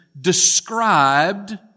described